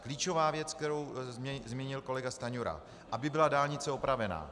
Klíčová věc, kterou zmínil kolega Stanjura aby byla dálnice opravena.